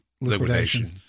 liquidation